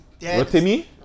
Rotimi